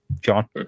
John